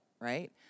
right